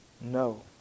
No